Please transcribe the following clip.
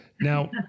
Now